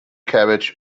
carriage